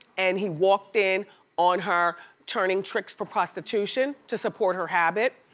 and he walked in on her turning tricks for prostitution to support her habit.